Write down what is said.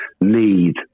need